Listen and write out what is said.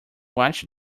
watched